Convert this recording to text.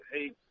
Hey